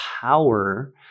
power